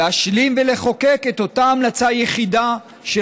להשלים ולחוקק את אותה המלצה יחידה של